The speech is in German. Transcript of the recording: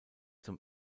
zum